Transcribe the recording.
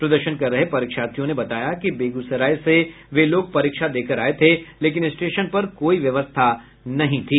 प्रदर्शन कर रहे परीक्षार्थियों ने बताया कि बेगूसराय से वे लोग परीक्षा देकर आये थे लेकिन स्टेशन पर कोई व्यवस्था नहीं थी